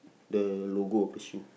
the logo the shoe